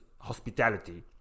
Hospitality